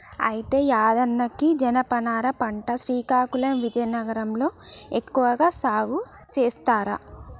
అయితే యాదన్న గీ జనపనార పంట శ్రీకాకుళం విజయనగరం లో ఎక్కువగా సాగు సేస్తారు